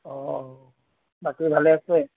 অঁ বাকী ভালে আছে